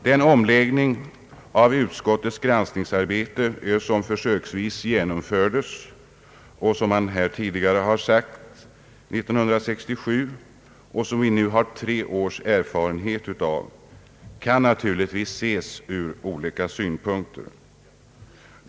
Den omläggning av utskottets granskningsarbete som försöksvis genomfördes 1967, vilket tidigare sagts och som vi nu har tre års erfarenhet av, kan naturligtvis ses ur olika synpunkter.